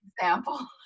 example